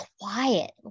quiet